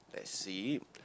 let's see